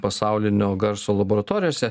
pasaulinio garso laboratorijose